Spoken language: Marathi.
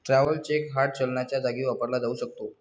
ट्रॅव्हलर्स चेक हार्ड चलनाच्या जागी वापरला जाऊ शकतो